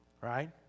right